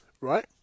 right